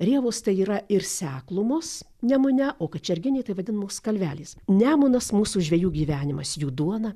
rėvos tai yra ir seklumos nemune o kačerginėj taip vadinamos kalvelės nemunas mūsų žvejų gyvenimas jų duona